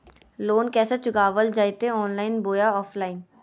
Loan कैसे चुकाबल जयते ऑनलाइन बोया ऑफलाइन?